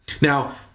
Now